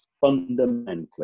fundamentally